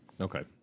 Okay